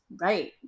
right